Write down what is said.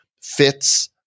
fits